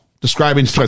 describing